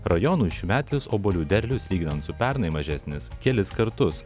rajonų šiųmetis obuolių derlius lyginant su pernai mažesnis kelis kartus